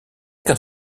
qu’un